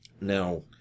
Now